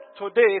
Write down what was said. today